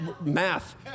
math